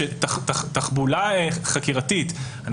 שתחבולה חקירתית,